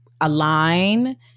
align